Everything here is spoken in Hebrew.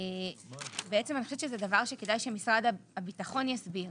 אני חושבת שזה דבר שכדאי שמשרד הביטחון יסביר.